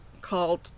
called